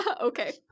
Okay